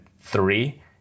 three